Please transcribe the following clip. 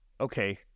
okay